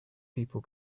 people